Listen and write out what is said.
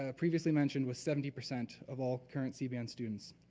ah previously mentioned was seventy percent of all current cbn students.